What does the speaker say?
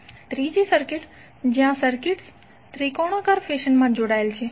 ત્રીજી જ્યા સર્કિટ્સ ત્રિકોણાકાર ફેશનમાં જોડાયેલ છે